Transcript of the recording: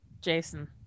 Jason